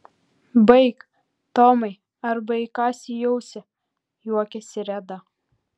baik tomai arba įkąsiu į ausį juokėsi reda